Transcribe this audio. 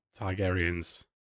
Targaryens